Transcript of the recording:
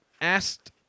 asked